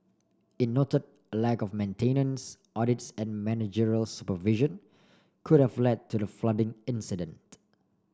it noted a lack of maintenance audits and managerial supervision could have led to the flooding incident